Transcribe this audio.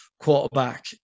quarterback